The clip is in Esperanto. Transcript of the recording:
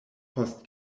post